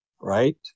right